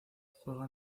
juega